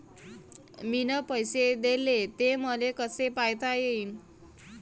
मिन पैसे देले, ते मले कसे पायता येईन?